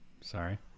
sorry